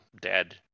dead